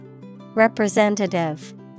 Representative